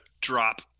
drop